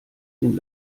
den